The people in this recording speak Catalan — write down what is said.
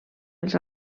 els